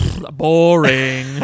boring